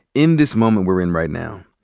in this moment we're in right now,